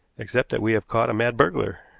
except that we have caught a mad burglar.